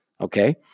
okay